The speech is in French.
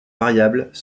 variables